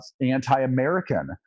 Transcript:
anti-American